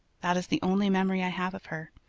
that is the only memory i have of her.